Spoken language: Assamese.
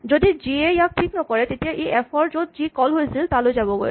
যদি জি এ ইয়াক ঠিক নকৰে তেতিয়া ই এফ ৰ য'ত জি কল হৈছিল তালৈ যাবগৈ